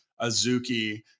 Azuki